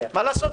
מה לעשות?